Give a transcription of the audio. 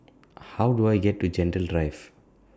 How Do I get to Gentle Drive